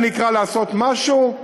זה נקרא לעשות משהו?